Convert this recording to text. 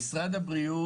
משרד הבריאות,